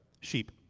Sheep